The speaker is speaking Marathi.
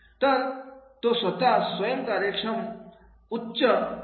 कार तो स्वतः स्वयम कार्यक्षमता खूप उच्च आहे